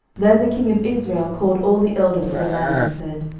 then the king of israel called all the elders of the land, and said,